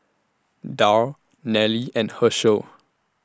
Darl Nelly and Hershel